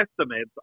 estimates